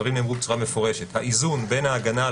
הדברים נאמרו בצורה מפורשת: "האיזון בין ההגנה על